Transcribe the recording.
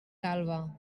calba